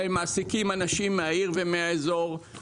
שהם מעסיקים אנשים מהעיר ומהאזור.